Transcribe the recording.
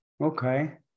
Okay